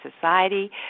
society